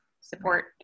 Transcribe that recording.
support